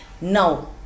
Now